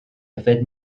yfed